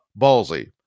Ballsy